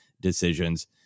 decisions